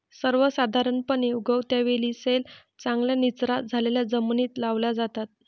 सर्वसाधारणपणे, उगवत्या वेली सैल, चांगल्या निचरा झालेल्या जमिनीत लावल्या जातात